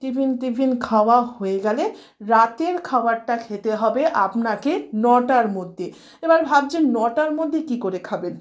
tiffin tiffin খাওয়া হয়ে গেলে রাতের খাবারটা খেতে হবে আপনাকে নটার মধ্যে এবার ভাবছেন নটার মধ্যে কী করে খাবেন